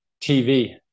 TV